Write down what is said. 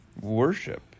worship